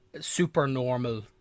supernormal